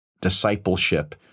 discipleship